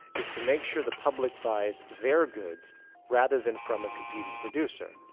is to make sure the public buys their goods rather than from a competing producer.